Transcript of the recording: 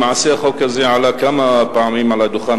למעשה החוק הזה עלה כמה פעמים כאן,